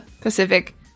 Pacific